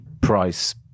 price